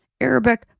Arabic